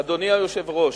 אדוני היושב-ראש,